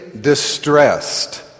distressed